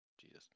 Jesus